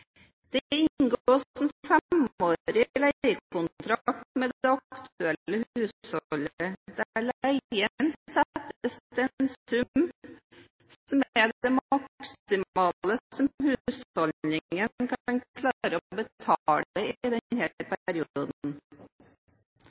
en femårig leiekontrakt med det aktuelle husholdet, der leien settes til en sum som er det maksimale som husholdningen kan klare å betale i